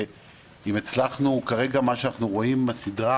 ואם הצלחנו כרגע אנחנו רואים בסדרה